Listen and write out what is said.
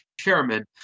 chairman